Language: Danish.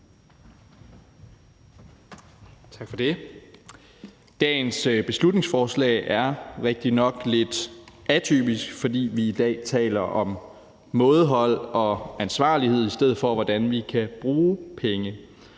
Tak for det. Dagens beslutningsforslag er rigtignok lidt atypisk, fordi vi i dag taler om mådehold og ansvarlighed i stedet for at tale om, hvordan vi kan bruge penge.